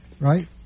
right